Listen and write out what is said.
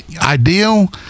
ideal